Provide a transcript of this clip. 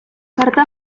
karta